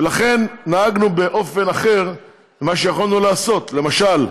ולכן, נהגנו באופן אחר ממה שיכולנו לעשות, למשל,